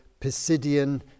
Pisidian